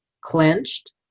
clenched